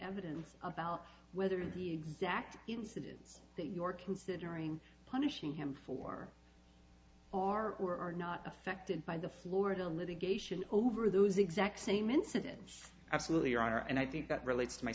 evidence about whether the exact incidents that your considering punishing him for are or are not affected by the florida litigation over those exact same incidents absolutely your honor and i think that re